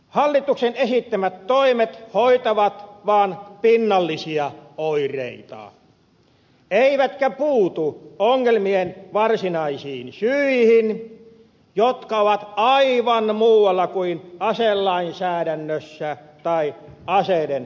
hallituksen esittämät toimet hoitavat vaan pinnallisia oireita eivätkä puutu ongelmien varsinaisiin syihin jotka ovat aivan muualla kuin aselainsäädännössä tai aseiden hallussapidossa